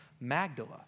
Magdala